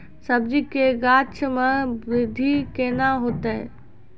सब्जी के गाछ मे बृद्धि कैना होतै?